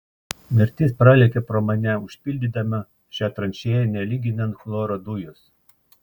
mirtis pralėkė pro mane užpildydama šią tranšėją nelyginant chloro dujos